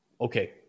Okay